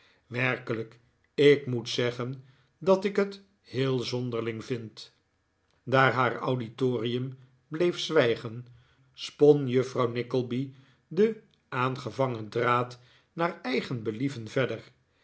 werkelijk ik moet zeggen dat ik het heel zonderling vind daar haar auditorium bleef zwijgen spon juffrouw nickleby den aangevangen draad naar eigen believen verder